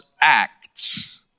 acts